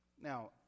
Now